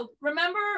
Remember